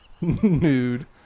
nude